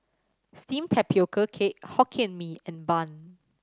steamed tapioca cake Hokkien Mee and bun